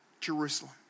Jerusalem